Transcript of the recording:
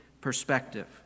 perspective